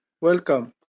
welcome